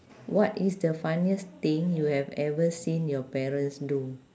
what is the funniest thing you have ever seen your parents do